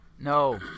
No